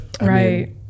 right